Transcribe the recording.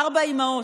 "ארבע אימהות"